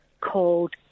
called